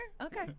Okay